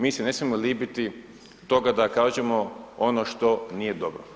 Mi se ne smijemo libiti toga da kažemo ono što nije dobro.